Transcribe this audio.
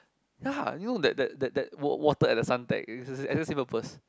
ya you know that that that that wa~ water at Suntec it has the same purpose